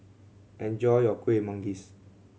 enjoy your Kueh Manggis